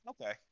Okay